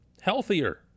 healthier